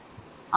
7 ஆக மாறும்